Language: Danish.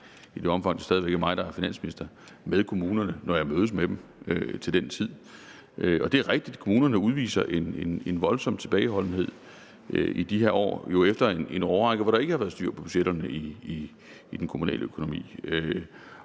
i det omfang at det stadig væk er mig, der er finansminister, med kommunerne, når jeg mødes med dem til den tid. Og det er rigtigt, at kommunerne udviser en voldsom tilbageholdenhed i de her år efter en årrække, hvor der ikke har været styr på budgetterne i den kommunale økonomi.